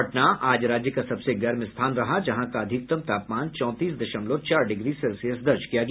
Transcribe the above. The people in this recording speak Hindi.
पटना आज राज्य का सबसे गर्म स्थान रहा जहां का अधिकतम तापमान चौंतीस दशमलव चार डिग्री सेल्सियस दर्ज किया गया